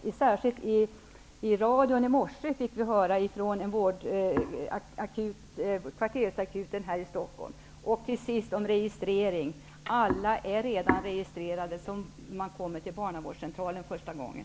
I morse kunde vi i radion höra från en kvartersakut här i Till sist några ord om registrering. Alla är redan registrerade. Det blir man när man kommer till barnavårdscentralen första gången.